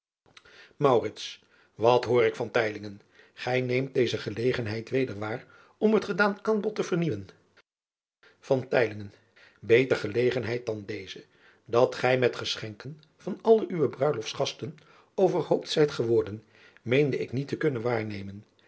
at hoor ik gij neemt deze gelegenheid weder waar om het gedaan aanbod te vernieuwen eter gelegenheid dan deze dat gij met geschenken van alle uwe ruiloftsgasten overhoopt zijt geworden meende ik niet te kunnen waarnemen